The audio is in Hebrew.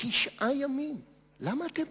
למה אתם